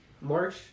March